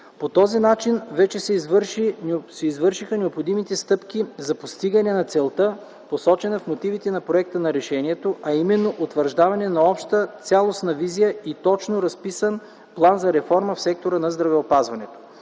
По този начин вече са извършени необходимите стъпки за постигане на целта, посочени в мотивите на проекта за решение, а именно утвърждаване на обща цялостна визия и точно разписан план за реформата в сектора на здравеопазването.